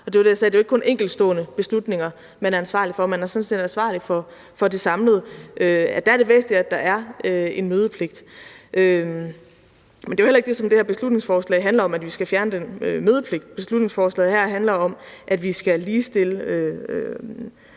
det jo ikke kun er enkeltstående beslutninger, man er ansvarlig for, men man er sådan set ansvarlig for den samlede drift – er det væsentligt, at der er mødepligt. Men det er jo heller ikke det, som det her beslutningsforslag handler om, altså at vi skal fjerne den mødepligt. Beslutningsforslaget her handler om, at vi skal ligestille